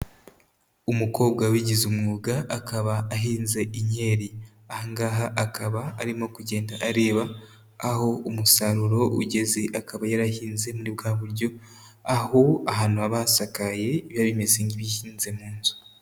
Umukobwa wabigize umwuga akaba ahinze inkeri. Aha ngaha akaba arimo kugenda areba aho umusaruro ugeze, akaba yarahinze muri bwa buryo aho ahantu haba hasakaye biba bimeze nk'ibihinze munzu.